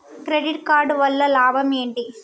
Credit card వల్ల లాభం ఏంటి?